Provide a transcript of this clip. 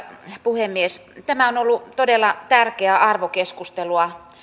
puhemies tämä on ollut todella tärkeää arvokeskustelua